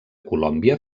colòmbia